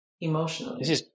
emotionally